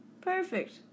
Perfect